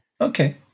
Okay